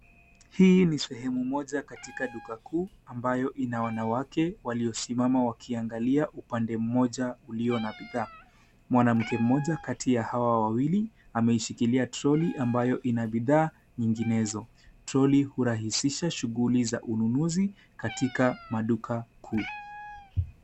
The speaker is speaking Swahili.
Hii ni sehemu moja katika duka kuu ambayo ina wanawake waliosimama wakiangalia upande mmoja ulio na bidhaa. Mwanamke mmoja kati ya hawa wawili ameishikilia troli ambayo ina bidhaa nyinginezo. Troli hurahisisha shughuli za ununuzi katika maduka kuu.